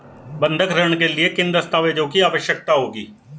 बंधक ऋण के लिए किन दस्तावेज़ों की आवश्यकता होगी?